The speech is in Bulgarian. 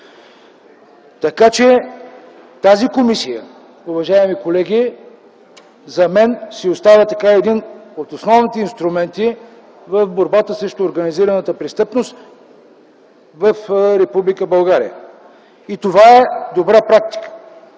Така, че тази комисия, уважаеми колеги, за мен си остава един от основните инструменти в борбата с организираната престъпност в Република България. И това е добра практика.